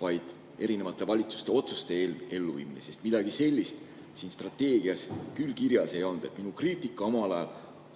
vaid erinevate valitsuste otsuste elluviimine, sest midagi sellist siin strateegias küll kirjas ei olnud. Minu kriitika omal ajal